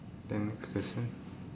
then next question